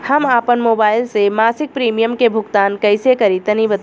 हम आपन मोबाइल से मासिक प्रीमियम के भुगतान कइसे करि तनि बताई?